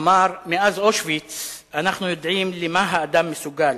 אמר: מאז אושוויץ אנחנו יודעים למה האדם מסוגל.